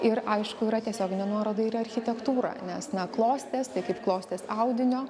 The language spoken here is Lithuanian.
ir aišku yra tiesioginė nuoroda ir į architektūrą nes na klostės tai kaip klostės audinio